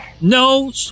No